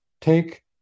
take